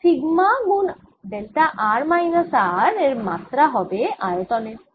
তাই সিগমা গুন delta r minus R এর মাত্রা হবে আয়তন এর